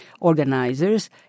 organizers